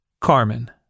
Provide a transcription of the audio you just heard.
Carmen